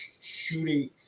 shooting